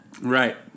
Right